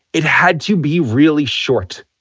it had to be really short.